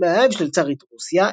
המאהב של צארית רוסיה,